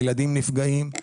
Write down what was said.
הילדים נפגעים,